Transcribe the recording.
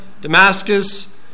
Damascus